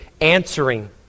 answering